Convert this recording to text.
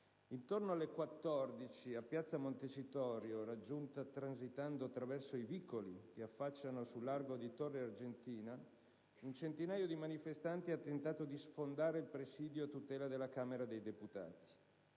Intorno alle ore 14 a piazza Montecitorio, raggiunta transitando attraverso i vicoli che affacciano su largo di Torre Argentina, un centinaio di manifestanti ha tentato di sfondare il presidio a tutela della Camera dei deputati.